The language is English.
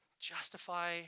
justify